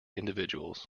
individuals